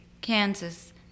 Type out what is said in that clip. Kansas